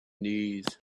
knees